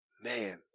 Man